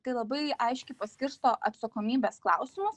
tai labai aiškiai paskirsto atsakomybės klausimus